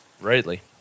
rightly